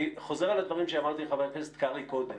אני חוזר על הדברים שאמרתי לחבר הכנסת קרעי קודם.